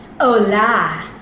Hola